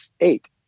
eight